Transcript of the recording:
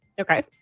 Okay